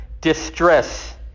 distress